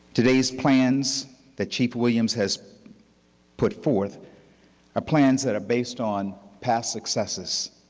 today's plans that chief williams has put forth are plans that are based on past successes,